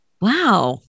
Wow